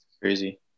Crazy